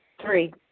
Three